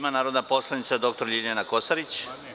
Reč ima narodna poslanica dr Ljiljana Kosorić.